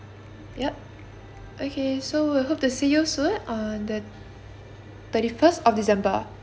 yup okay so we hope to see you soon on the thirty first of december